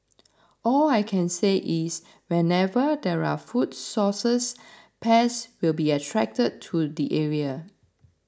all I can say is wherever there are food sources pests will be attracted to the area